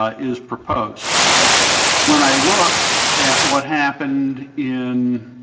ah is proposed when i look at what happened in